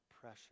pressure